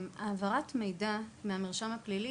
העברת מידע מהמרשם הפלילי,